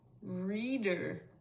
reader